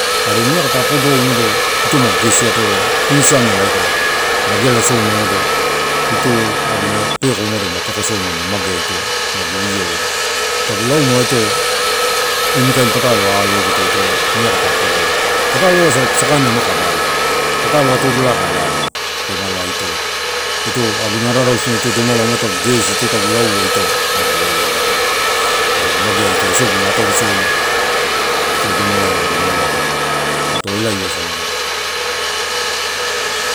Are niaka ta apodou ito magu gesi atoro ini siamela aikala, mageala soma umado ito aguna peko magu pekosomamu, magea ito magu io, tagu lauma ito ini kain patalo alo eguto niaka ta apodoau, patalo asa sakana kaka babaka, patalo atorolai kae lao, doma ito aguna ara arausu eh magulo, ua, magu magea isogu atorosoma iito domalai magu naulo atoro, ato, elae asa, ah.